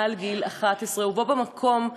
מעל גיל 11. ובו-במקום,